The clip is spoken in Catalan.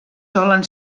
solen